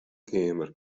keamer